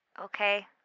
Okay